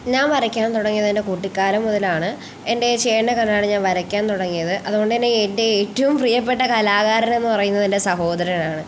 ഞാൻ വരയ്ക്കാൻ തുടങ്ങിയത് എൻ്റെ കുട്ടിക്കാലം മുതലാണ് എൻ്റെ ചേട്ടനെ കണ്ടാണ് ഞാൻ വരയ്ക്കാൻ തുടങ്ങിയത് അതുകൊണ്ടുതന്നെ എൻ്റെ ഏറ്റവും പ്രിയപ്പെട്ട കലാകാരൻ എന്നു പറയുന്നത് എൻ്റെ സഹോദരനാണ്